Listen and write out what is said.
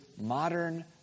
modern